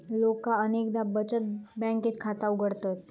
लोका अनेकदा बचत बँकेत खाता उघडतत